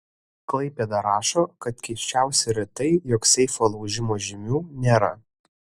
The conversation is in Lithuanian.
klaipėda rašo kad keisčiausia yra tai jog seifo laužimo žymių nėra